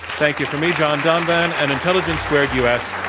thank you from me, john donvan, and intelligence squared u. s. ah s.